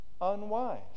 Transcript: unwise